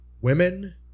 women